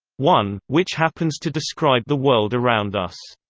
one, which happens to describe the world around us.